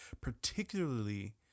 particularly